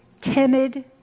timid